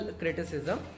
criticism